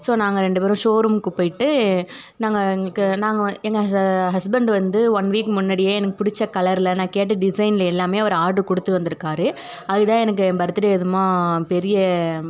so நாங்கள் ரெண்டு பேரும் ஷோரூமுக்கு போயிட்டு நாங்கள் எங்களுக்கு நாங்கள் எங்கள் ஹஸ்பண்ட் வந்து ஒன் வீக் முன்னாடியே எனக்கு பிடிச்ச கலரில் நான் கேட்ட டிசைனில் எல்லாமே அவர் ஆட்ரு கொடுத்து வந்திருக்காரு அது தான் எனக்கு என் பர்த்து டே அதுவுமாக பெரிய